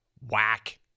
Whack